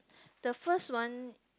the first one